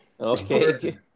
Okay